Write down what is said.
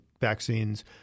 vaccines